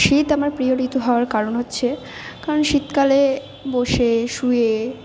শীত আমার প্রিয় ঋতু হওয়ার কারণ হচ্ছে কারণ শীতকালে বসে শুয়ে